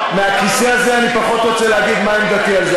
מהכיסא הזה אני פחות רוצה להגיד מה עמדתי על זה,